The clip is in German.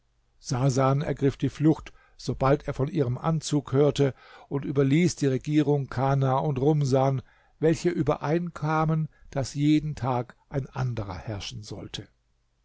sasan ergriff die flucht sobald er von ihrem anzug hörte und überließ die regierung kana und rumsan welche übereinkamen daß jeden tag ein anderer herrschen sollte